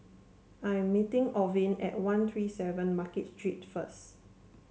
I am meeting Orvin at One Three Seven Market Street first